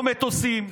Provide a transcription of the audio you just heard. לא מטוסים,